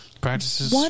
practices